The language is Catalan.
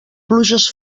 pluges